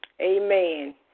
amen